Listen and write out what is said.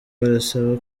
barasaba